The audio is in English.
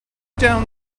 down